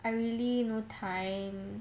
I really no time